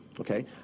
okay